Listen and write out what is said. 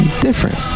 different